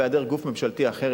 בהיעדר גוף ממשלתי אחר,